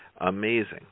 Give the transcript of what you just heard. Amazing